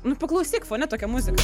nu paklausyk fone tokia muzika